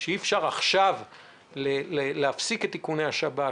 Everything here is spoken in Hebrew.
שאי-אפשר להפסיק את איכוני השב"כ עכשיו.